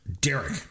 Derek